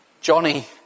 Johnny